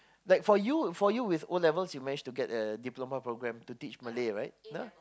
like for you for you with O-levels you manage to get a diploma program to teach Malay right yeah